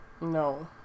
No